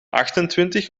achtentwintig